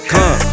Come